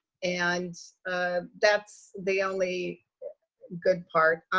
and that's the only good part.